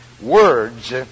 Words